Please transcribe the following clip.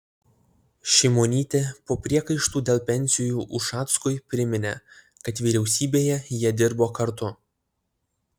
šimonytė po priekaištų dėl pensijų ušackui priminė kad vyriausybėje jie dirbo kartu